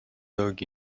dog